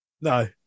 No